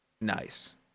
Nice